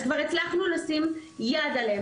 אז כבר הצלחנו לשים יד עליהם.